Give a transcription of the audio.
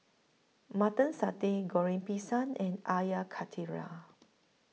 Mutton Satay Goreng Pisang and Air Karthira